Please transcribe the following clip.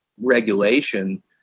regulation